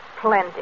Plenty